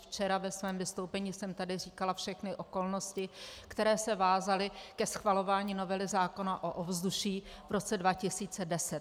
Včera ve svém vystoupení jsem tady říkala všechny okolnosti, které se vázaly ke schvalování novely zákona o ovzduší v roce 2010.